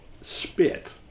spit